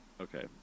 Okay